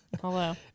Hello